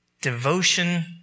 devotion